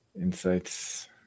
Insights